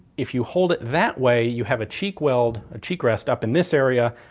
if you hold it that way, you have a cheek weld, a cheek rest up in this area,